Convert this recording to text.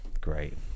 great